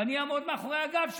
ואני אעמוד מאחורי הגב שלך.